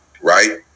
right